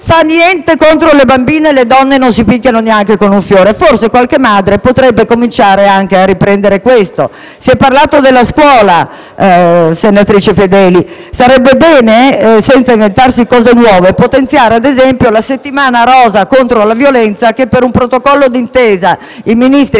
fa niente contro le bambine e che non si picchiano le donne neanche con un fiore. Forse qualche madre potrebbe cominciare a dire questo. Si è parlato della scuola, senatrice Fedeli. Sarebbe bene, senza inventarsi cose nuove, potenziare la settimana rosa contro la violenza che, per un protocollo d'intesa, i ministri